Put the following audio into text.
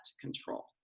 control